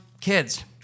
kids